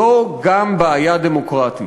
זו גם בעיה דמוקרטית.